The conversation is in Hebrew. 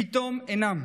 פתאום אינם,